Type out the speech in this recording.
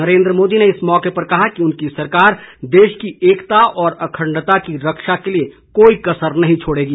नरेन्द्र मोदी ने इस मौके पर कहा कि उनकी सरकार देश की एकता और अखंडता की रक्षा के लिए कोई कसर नहीं छोड़ेगी